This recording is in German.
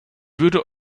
würde